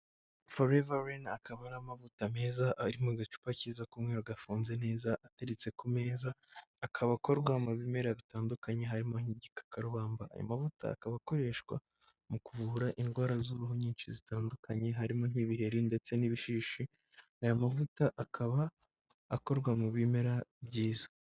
Forevarine akaba ari amavuta meza ari mu gacupa keza gafunze neza ateretse ku meza, akaba akorwa mu bimera bitandukanye harimo nk'igikakarubamba, ayo mavuta akaba akoreshwa mu kuvura indwara z'uruhu nyinshi zitandukanye harimo nk'ibiheri ndetse n'ibishishi, aya mavuta akaba akorwa mu bimera byiza.